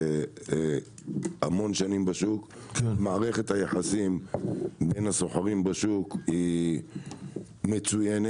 המון שנים בשוק - מערכת היחסים בין הסוחרים בשוק היא מצוינת,